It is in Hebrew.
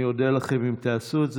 אני אודה לכם אם תעשו את זה.